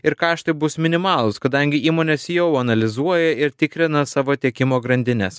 ir kaštai bus minimalūs kadangi įmonės jau analizuoja ir tikrina savo tiekimo grandines